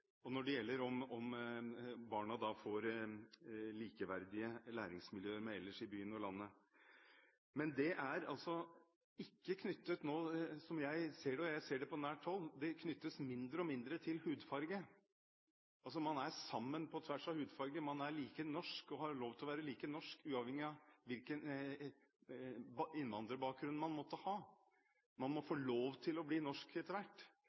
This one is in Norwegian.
og når det gjelder om barna får likeverdig læringsmiljø som ellers i byen og landet. Men det knyttes, slik jeg ser det, og jeg ser det på nært hold, mindre og mindre til hudfarge. Man er sammen på tross av hudfarge, man er like norsk og har lov til å være like norsk uavhengig av eventuell innvandrerbakgrunn. Man må få lov til å bli norsk etter hvert,